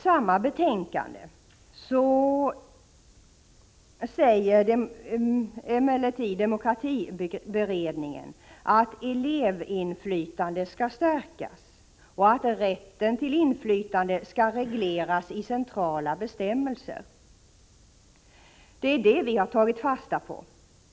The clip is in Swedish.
Samtidigt säger emellertid demokratiberedningen att elevinflytandet skall stärkas och att rätten till inflytande skall regleras i centrala bestämmelser. Det är detta vi har tagit fasta på.